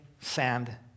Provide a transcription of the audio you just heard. sand